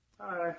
Hi